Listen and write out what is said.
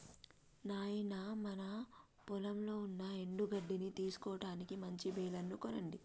నాయినా మన పొలంలో ఉన్న ఎండు గడ్డిని తీసుటానికి మంచి బెలర్ ని కొనండి